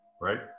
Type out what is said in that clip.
right